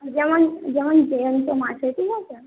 যেমন যেমন জ্যান্ত মাছ হয় ঠিক আছে